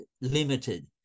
limited